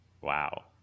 wow